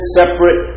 separate